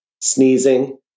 sneezing